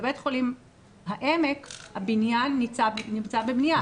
בבית חולים העמק הבניין נמצא בבניה.